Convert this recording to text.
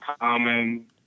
Common